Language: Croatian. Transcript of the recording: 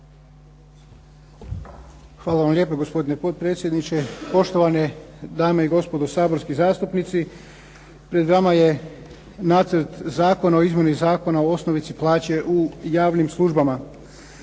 Hvala vam lijepa gospodine potpredsjedniče. Poštovane dame i gospodo saborski zastupnici, pred vama je Nacrt zakona o izmjeni Zakona o osnovici plaće u javnim službama.